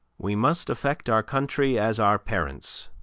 we must affect our country as our parents,